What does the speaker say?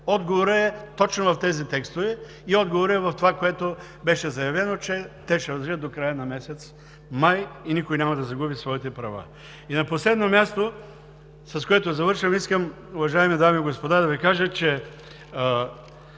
Отговорът е точно в тези текстове и отговорът е в това, което беше заявено, че те ще важат до края на месец май и никой няма да загуби своите права. И на последно място, с което завършвам, искам, уважаеми дами и господа, да Ви кажа, че